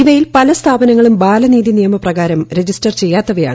ഇവയിൽ പല സ്ഥാപനങ്ങളും ബാലനീതി നിയമപ്രകാരം രജിസ്റ്റർ ചെയ്യാത്തവയാണ്